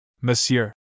Monsieur